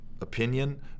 opinion